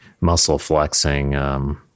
muscle-flexing